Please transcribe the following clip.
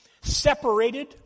separated